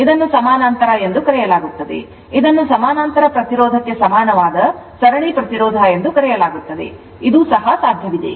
ಇದನ್ನು ಸಮಾನಾಂತರ ಎಂದು ಕರೆಯಲಾಗುತ್ತದೆ ಇದನ್ನು ಸಮಾನಾಂತರ ಪ್ರತಿರೋಧಕ್ಕೆ ಸಮಾನವಾದ ಸರಣಿ ಪ್ರತಿರೋಧ ಎಂದು ಕರೆಯಲಾಗುತ್ತದೆ ಇದು ಸಹ ಸಾಧ್ಯವಿದೆ